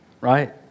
right